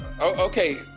Okay